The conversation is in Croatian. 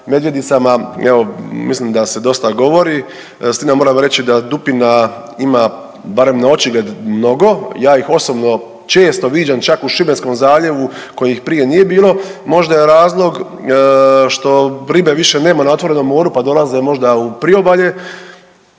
medvjedicama evo mislim da se dosta govori, s time da moramo reći da dupina ima barem na očigled mnogo, ja ih osobno često viđam čak u šibenskom zaljevu kojih prije nije bilo, možda je razlog što ribe više nema na otvorenom moru pa dolaze možda u priobalje,